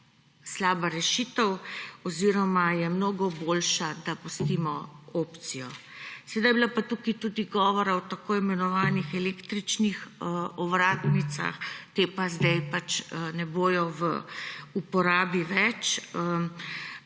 slaba rešitev oziroma je mnogo boljša, da pustimo opcijo. Seveda je bilo pa tukaj tudi govora o tako imenovanih električnih ovratnicah, te pa zdaj ne bodo več v uporabi.